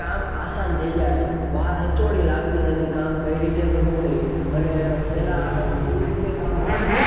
કામ આસાન થઈ ગયાં છે વાર હંચોળી લાગતી નથી કામ કઈ રીતે કરવું ને એ અને પહેલાં એ રીતે કામ થતાં